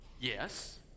Yes